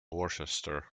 worcester